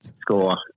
score